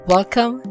Welcome